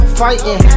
fighting